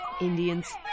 Indians